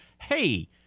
hey